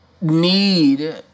need